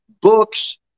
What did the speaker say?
books